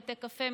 בתי קפה,